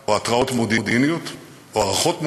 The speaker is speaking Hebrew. או התרעות מודיעיניות או הערכות מודיעיניות,